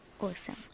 awesome